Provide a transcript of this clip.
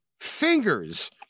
fingers